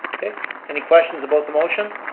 any questions about the motion?